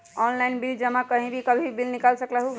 Online bill जमा कहीं भी कभी भी बिल निकाल सकलहु ह?